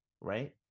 Right